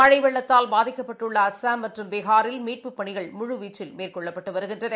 மழைவெள்ளத்தால் பாதிக்கப்பட்டுள்ள அஸ்ஸாம் மற்றும் பீகாரில் மீட்புப் பணிகள் முழுவீச்சில் மேற்கொள்ளப்பட்டுவருகின்றன